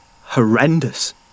Horrendous